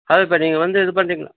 அது இப்போ நீங்கள் வந்து இது பண்ணுறிங்களா